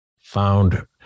found